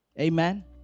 amen